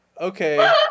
Okay